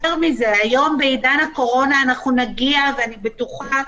יותר מזה, היום בעידן הקורונה נגיע, אני בטוחה,